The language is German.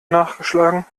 nachgeschlagen